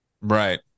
Right